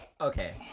Okay